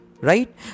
Right